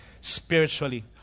spiritually